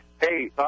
Hey